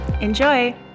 Enjoy